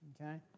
Okay